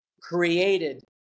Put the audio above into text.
created